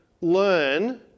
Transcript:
learn